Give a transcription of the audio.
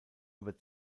über